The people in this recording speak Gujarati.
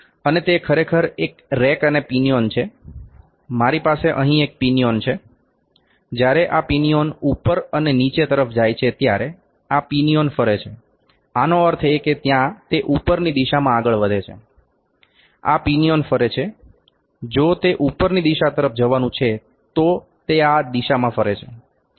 અને તે ખરેખર એક રેક અને પિનિઓન છે મારી પાસે અહીં એક પિનિઓન છે જ્યારે આ પિનિઓન ઉપર અને નીચે તરફ જાય છે ત્યારે આ પિનિઓન ફરે છે આનો અર્થ છે કે ત્યાં તે ઉપરની દિશામાં આગળ વધે છે આ પિનિઓન ફરે છે જો તે ઉપરની દિશા તરફ જવાનું છે તો તે આ દિશામાં ફરે છે